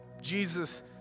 Jesus